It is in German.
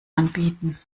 anbieten